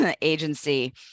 agency